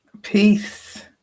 Peace